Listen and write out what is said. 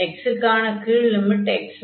x க்கான கீழ் limit xy2 ஆகும்